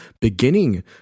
beginning